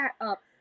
up